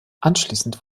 anschließend